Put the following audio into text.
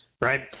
Right